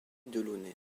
delaunay